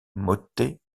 motets